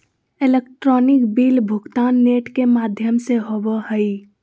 electronic bill भुगतान net के माघ्यम से होवो हइ